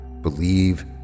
believe